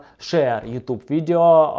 share youtube video,